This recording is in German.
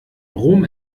brom